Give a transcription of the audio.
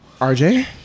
RJ